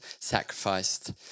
sacrificed